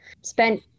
Spent